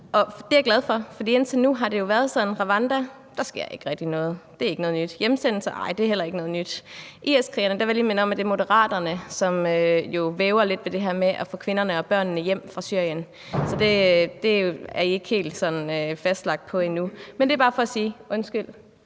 Det er jeg glad for, for indtil nu har det været sådan: Rwanda? Der sker jo ikke rigtig noget; det er ikke noget nyt. Hjemsendelser? Ej, det er heller ikke noget nyt. IS-krigerne? Der vil jeg lige minde om, at det er Moderaterne, som jo væver lidt ved det her med at få kvinderne og børnene hjem fra Syrien; så det har man ikke helt lagt sig fast på endnu. Men det er bare for sige,